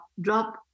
Drop